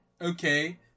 Okay